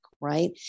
right